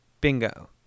Bingo